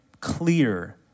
clear